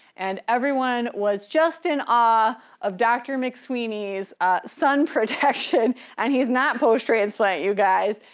and everyone was just in awe of doctor mcsweeney's sun protection and he's not post-transplant you guys.